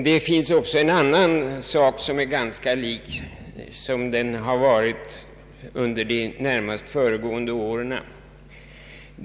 Det finns också en annan företeelse som inte förändrats särskilt mycket sedan de närmast föregående åren.